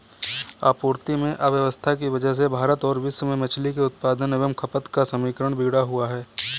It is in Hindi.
आपूर्ति में अव्यवस्था की वजह से भारत और विश्व में मछली के उत्पादन एवं खपत का समीकरण बिगड़ा हुआ है